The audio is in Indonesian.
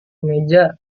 meja